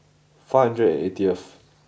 five hundred and eightyth